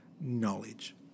knowledge